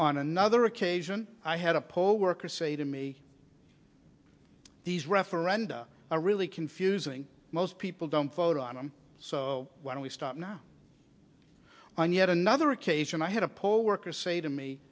on another occasion i had a poll worker say to me these referenda are really confusing most people don't vote on them so why don't we start now on yet another occasion i had a poll worker say to me